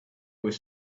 was